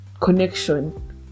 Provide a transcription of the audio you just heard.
connection